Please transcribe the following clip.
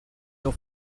your